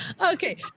Okay